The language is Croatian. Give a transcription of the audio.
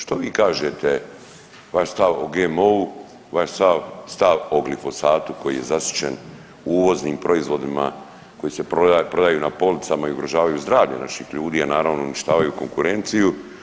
Što vi kažete, vaš stav o GMO-u, vaš stav o glifosatu koji je zasićen uvoznim proizvodima koji se prodaju na policama i ugrožavaju zdravlje naših ljudi, a naravno i uništavaju konkurenciju.